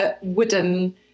wooden